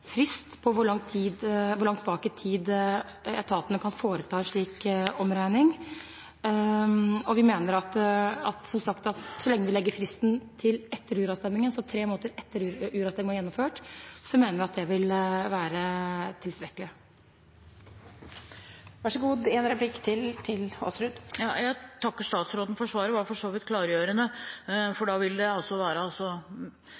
frist for hvor langt tilbake i tid etaten kan foreta en slik omregning. Som sagt, så lenge vi legger fristen til etter uravstemningen, altså tre måneder etter at uravstemningen er gjennomført, mener vi at det vil være tilstrekkelig. Jeg takker statsråden for svaret. Det var for så vidt klargjørende. Det vil altså